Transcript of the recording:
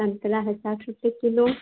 संतरा है साठ रुपया किलो